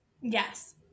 Yes